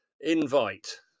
Invite